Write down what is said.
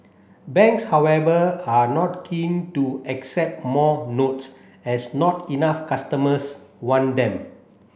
banks however are not keen to accept more notes as not enough customers want them